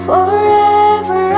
Forever